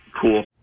cool